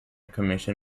commission